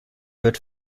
wird